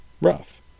rough